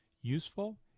useful